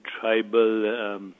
tribal